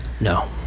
No